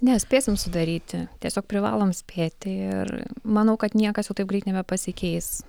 ne spėsim sudaryti tiesiog privalom spėti ir manau kad niekas jau taip greit nebepasikeis